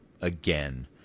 again